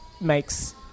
makes